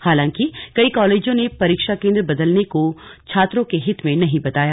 हालांकि कई कालेजों ने परीक्षा केंद्र बदलने को छात्रों के हित में नहीं बताया